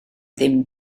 ddim